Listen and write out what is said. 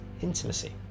intimacy